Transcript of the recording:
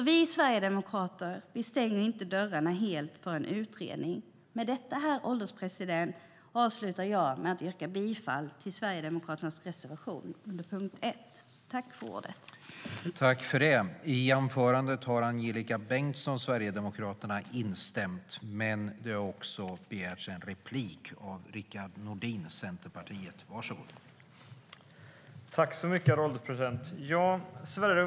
Vi sverigedemokrater stänger alltså inte dörrarna helt för en utredning.I detta anförande instämde Angelika Bengtsson .